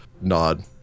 nod